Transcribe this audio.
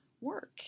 work